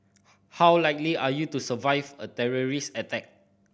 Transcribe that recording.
how likely are you to survive a terrorist attack